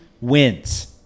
wins